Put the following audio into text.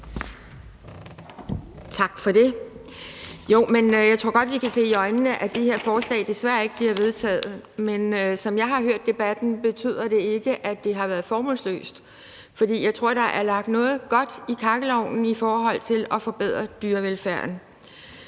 Tak for det. Jeg tror godt, vi kan se i øjnene, at det her forslag desværre ikke bliver vedtaget. Men som jeg har hørt debatten, betyder det ikke, at det har været formålsløst, for jeg tror, der er lagt noget godt i kakkelovnen i forhold til at forbedre dyrevelfærden.